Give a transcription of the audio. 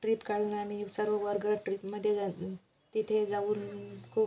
trip काढून आम्ही सर्व वर्ग ट्रीपमध्ये जा तिथे जाऊन खूप